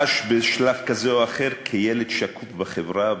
חש בשלב כזה או אחר כילד שקוף בחברה,